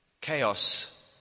chaos